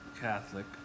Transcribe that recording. Catholic